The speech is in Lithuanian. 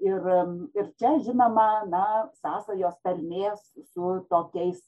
ir ir čia žinoma na sąsajos tarmės su tokiais